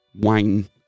wine